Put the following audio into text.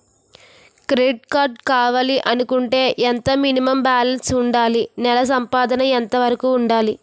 Credit card కావాలి అనుకుంటే ఎంత మినిమం బాలన్స్ వుందాలి? నెల సంపాదన ఎంతవరకు వుండాలి?